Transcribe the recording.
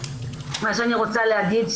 מה שאני רוצה להגיד,